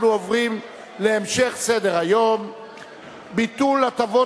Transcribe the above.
נעבור להצעות לסדר-היום בנושא: ביטול הטבות